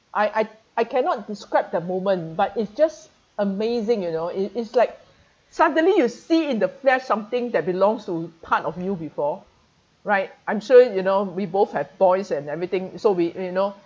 I I I cannot describe the moment but it's just amazing you know it it's like suddenly you see in the flash something that belongs to part of you before right I'm sure you know we both have boys and everything so we we you know